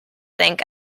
think